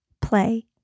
play